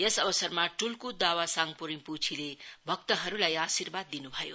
यस अवसरमा टुल्क् दावा साङपो रिम्पुछीले भक्तहरूलाई आशिवाद दिन् भयो